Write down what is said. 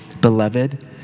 beloved